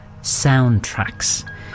soundtracks